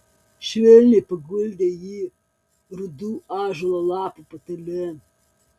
švelniai paguldė jį rudų ąžuolo lapų patale